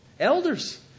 Elders